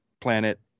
planet